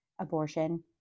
abortion